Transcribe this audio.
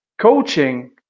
coaching